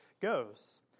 goes